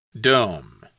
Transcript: Dome